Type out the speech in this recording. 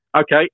Okay